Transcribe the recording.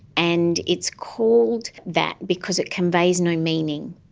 and it's called that because it conveys no meaning.